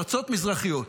מרצות מזרחיות.